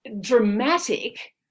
dramatic